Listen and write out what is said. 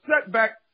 setback